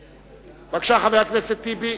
בבקשה, חבר הכנסת טיבי.